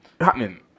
happening